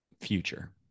future